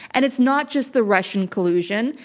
and it's not just the russian collusion,